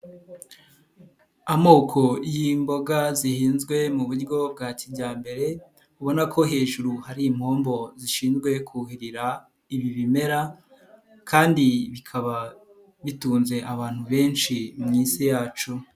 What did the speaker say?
Amoko y'imboga zihinzwe mu buryo bwa kijyambere ubona ko hejuru hari impombo zishinzwe kuhirira ibi bimera kandi bikaba bitunze abantu benshi mu isi yacu.